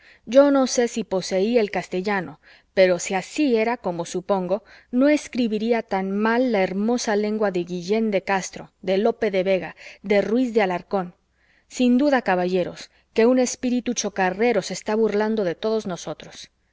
yo no sé si poseía el castellano pero si así era como supongo no escribiría tan mal la hermosa lengua de guillén de castro de lope de vega y de ruiz de alarcón sin duda caballeros que un espíritu chocarrero se está burlando de todos nosotros